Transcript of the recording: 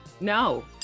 No